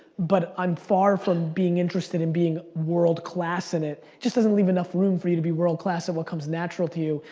but i'm far from being interested in being world-class in it, it just doesn't leave enough room for you to be world-class at what comes natural to you,